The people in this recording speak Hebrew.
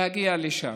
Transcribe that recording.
להגיע לשם,